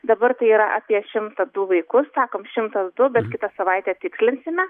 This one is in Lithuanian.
dabar tai yra apie šimtą du vaikus sakom šimtas du bet kitą savaitę tikslinsime